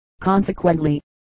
Consequently